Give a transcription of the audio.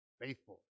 faithful